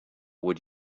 would